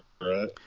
right